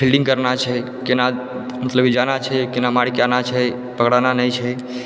fielding करना छै केना मतलब की जाना छै केना मारी के आना छै पकड़ना नहि छै